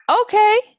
Okay